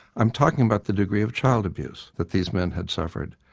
i'm talking about the degree of child abuse that these men had suffered.